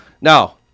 Now